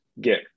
get